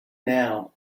now